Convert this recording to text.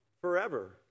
forever